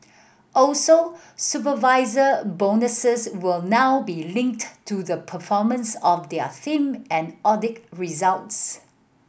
also supervisor bonuses will now be linked to the performance of their same and audit results